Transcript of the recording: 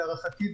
להערכתי,